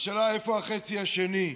והשאלה היא איפה החצי השני,